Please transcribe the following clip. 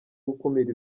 gukumira